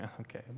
Okay